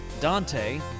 Dante